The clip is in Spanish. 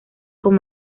con